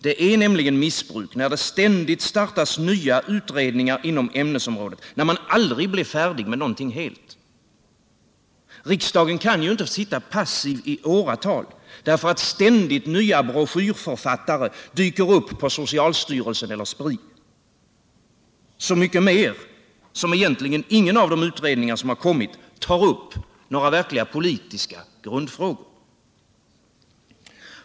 Det är nämligen missbruk när det ständigt startas nya utredningar inom ämnesområdet, när man aldrig blir helt färdig med någonting. Riksdagen kan ju inte sitta passiv i åratal därför att ständigt nya broschyrförfattare dyker upp på socialstyrelsen eller Spri — så mycket mer som egentligen ingen av de utredningar som har tillsatts tar upp några verkliga politiska grundfrågor.